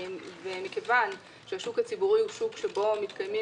מכיוון שהשוק הציבורי הוא שוק שבו מתקיימים